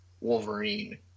Wolverine